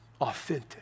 authentic